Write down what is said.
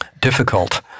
difficult